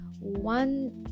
One